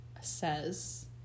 says